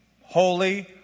holy